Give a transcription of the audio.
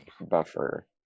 buffer